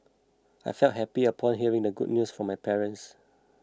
I felt happy upon hearing the good news from my parents